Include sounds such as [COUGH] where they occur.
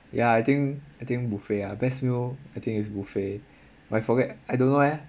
ya I think I think buffet ah best meal I think is buffet [BREATH] but I forget I don't know leh